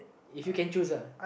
if you can choose uh